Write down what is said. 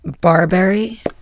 Barberry